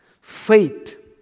faith